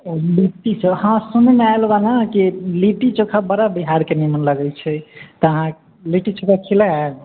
ओ लिट्टी चोखा हँ सुनैमे आयल बा ने कि लिट्टी चोखा बड़ा बिहारके निमन लागैत छै तऽ अहाँ लिट्टी चोखा खिलायब